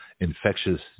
Infectious